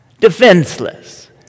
defenseless